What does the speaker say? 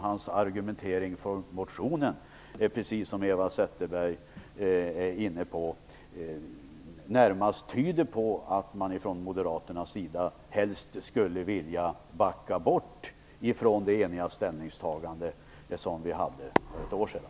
Hans argumentering för motionen tyder närmast på, precis som Eva Zetterberg sade, att man från Moderaternas sida helst skulle vilja backa från det eniga ställningstagande som vi gjorde för ett år sedan.